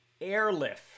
Airlift